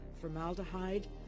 formaldehyde